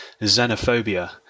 Xenophobia